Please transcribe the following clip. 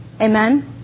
Amen